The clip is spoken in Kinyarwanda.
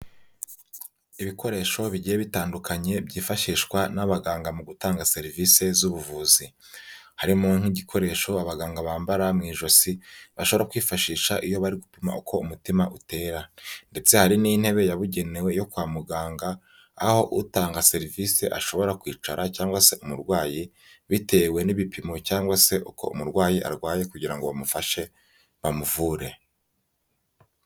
Ibikoresho bigiye bitandukanye byifashishwa n'abaganga mu gutanga serivisi z'ubuvuzi, harimo nk'igikoresho abaganga bambara mu ijosi bashobora kwifashisha iyo bari gupima uko umutima utera ndetse hari n'intebe yabugenewe yo kwa muganga aho utanga serivisi ashobora kwicara cyangwa se umurwayi bitewe n'ibipimo cyangwa se uko umurwayi arwaye kugira ngo bamufashe bamuvure.